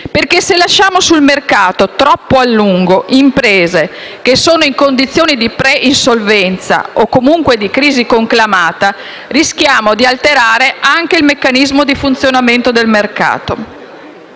infatti, lasciamo sul mercato troppo a lungo imprese che, invece, sono in condizione di pre-insolvenza o, comunque, di crisi conclamata, rischiamo di alterare anche il meccanismo di funzionamento del mercato.